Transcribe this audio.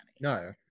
No